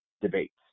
debates